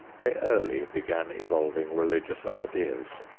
they early began evolving religious ideas.